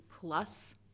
plus